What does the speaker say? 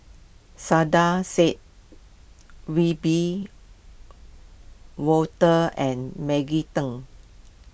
Saiedah Said Wiebe Wolters and Maggie Teng